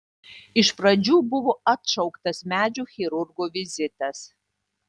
iš pradžių buvo atšauktas medžių chirurgo vizitas